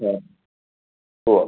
ആ പോകാം